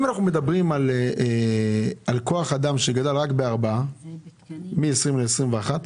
אם אנחנו מדברים על כוח אדם שגדל רק ב-4 משנת 2020 ל-2021,